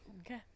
Okay